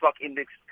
index